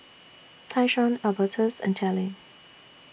Tyshawn Albertus and Tallie